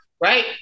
right